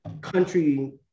country